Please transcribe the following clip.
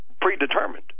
predetermined